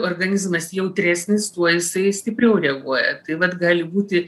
organizmas jautresnis tuo jisai stipriau reaguoja tai vat gali būti